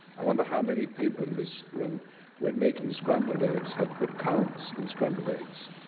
i wonder how many people in this room when making scrambled eggs have put currants in scrambled eggs,